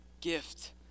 gift